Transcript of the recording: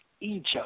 Egypt